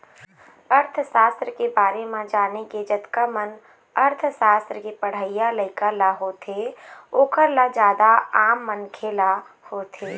अर्थसास्त्र के बारे म जाने के जतका मन अर्थशास्त्र के पढ़इया लइका ल होथे ओखर ल जादा आम मनखे ल होथे